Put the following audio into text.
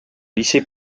lycée